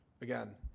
again